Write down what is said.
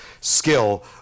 skill